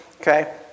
Okay